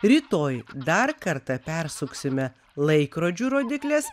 rytoj dar kartą persuksime laikrodžių rodykles